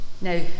Now